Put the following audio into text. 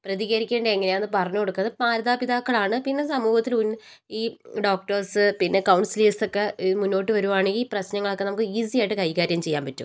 പ്രതികരിക്കേണ്ട എങ്ങനെയാന്ന് പറഞ്ഞ് കൊടുക്കുന്നത് മാതാപിതാക്കളാണ് പിന്നെ സമൂഹത്തിലുൻ ഈ ഡോക്ട്ടേഴ്സ് പിന്നെ കൗൺസിലേഴ്സക്കെ ഇത് മുന്നോട്ട് വരുവാണെങ്കി ഈ പ്രശ്നങ്ങളൊക്കെ നമുക്ക് ഈസി ആയിട്ട് കൈ കാര്യം ചെയ്യാൻ പറ്റും